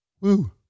Woo